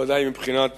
ודאי מבחינת